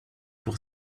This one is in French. pour